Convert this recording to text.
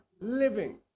living